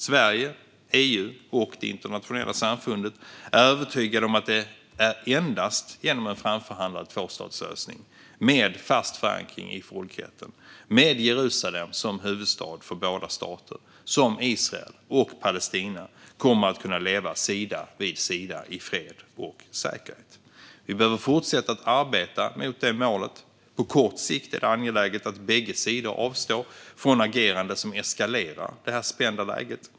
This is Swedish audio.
Sverige, EU och det internationella samfundet är övertygade om att det är endast genom en framförhandlad tvåstatslösning med fast förankring i folkrätten och med Jerusalem som huvudstad för båda stater som Israel och Palestina kommer att kunna leva sida vid sida i fred och säkerhet. Vi behöver fortsätta att arbeta mot det målet. På kort sikt är det angeläget att bägge sidor avstår från agerande som eskalerar det spända läget.